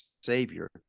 savior